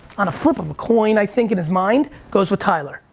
on a flip of a coin, i think, in his mind, goes with tyler.